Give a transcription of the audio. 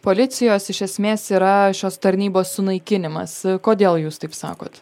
policijos iš esmės yra šios tarnybos sunaikinimas kodėl jūs taip sakot